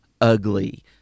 ugly